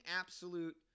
absolute